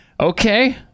Okay